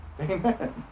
amen